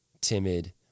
timid